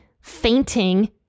fainting